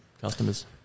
customers